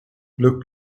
look